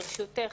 ברשותך,